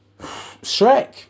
Shrek